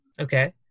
okay